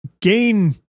gain